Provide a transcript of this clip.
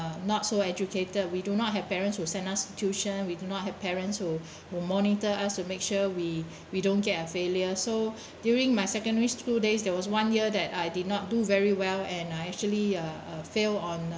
uh not so educated we do not have parents who send us to tuition we do not have parents who will monitor us to make sure we we don't get a failure so during my secondary school days there was one year that I did not do very well and I actually uh fail on a